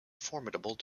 formidable